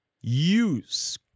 use